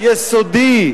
יסודי.